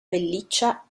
pelliccia